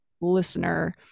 listener